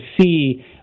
see